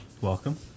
Welcome